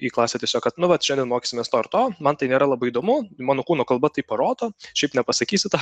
į klasę tiesiog kad nu vat šiandien mokysimės to ir to man tai nėra labai įdomu mano kūno kalba tai parodo šiaip nepasakysi to